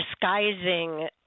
disguising